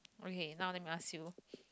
okay now let me ask you